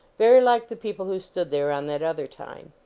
very like the people who stood there on that other time.